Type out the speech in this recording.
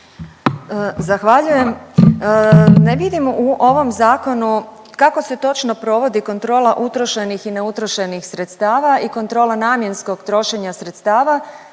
Zahvaljujem. Ne vidim u ovom zakonu kako se točno provodi kontrola utrošenih i neutrošenih sredstava i kontrola namjenskog trošenja sredstava